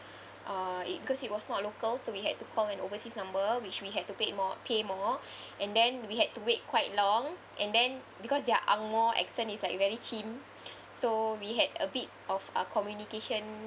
uh it because it was not local so we had to call an overseas number which we had to paid more pay more and then we had to wait quite long and then because their angmoh accent is like very chim so we had a bit of uh communication